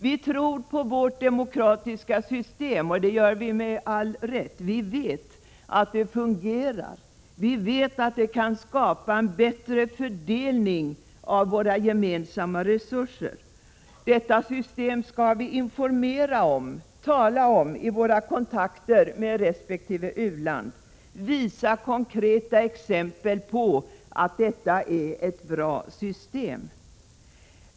Vi tror på vårt demokratiska system — med all rätt. Vi vet att det fungerar och att det kan skapa en bättre fördelning av våra gemensamma resurser. Detta system skall vi informera om, tala om i kontakterna med resp. u-land, visa konkreta exempel på att det är ett bra system.